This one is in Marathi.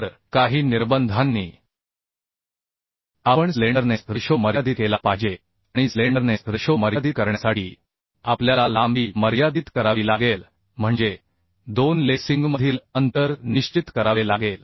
तर काही निर्बंधांनी आपण स्लेंडरनेस रेशो मर्यादित केला पाहिजे आणि स्लेंडरनेस रेशो मर्यादित करण्यासाठी आपल्याला लांबी मर्यादित करावी लागेल म्हणजे दोन लेसिंगमधील अंतर निश्चित करावे लागेल